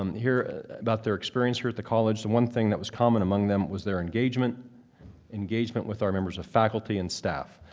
um hear about their experience here at the college, the one thing that was common among them was their engagement engagement with our members of faculty and staff.